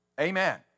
Amen